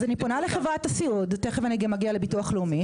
אז אני פונה לחברת הסיעוד ותכף אני גם אגיד לביטוח לאומי,